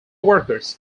workers